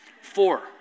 Four